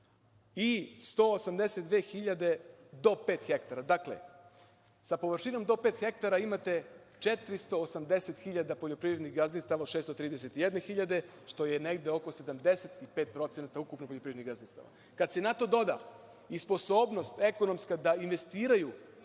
i 182 hiljade do pet hektara. Dakle, sa površinom do pet hektara imate 480 hiljada poljoprivrednih gazdinstava od 631 hiljade, što je negde oko 75% ukupno poljoprivrednih gazdinstava. Kada se na to doda i sposobnost ekonomska da investiraju